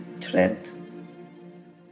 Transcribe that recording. trend